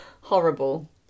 horrible